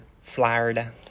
Florida